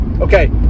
okay